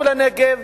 טוב לנגב,